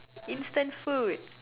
instant food